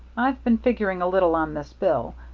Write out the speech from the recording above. i've been figuring a little on this bill.